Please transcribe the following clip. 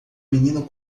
menino